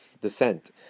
descent